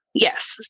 Yes